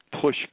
push